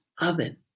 oven